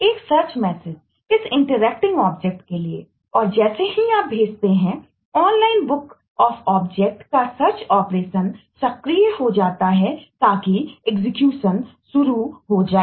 यह synchronous call हैशुरू हो जाए